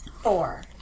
four